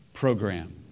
program